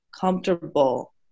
comfortable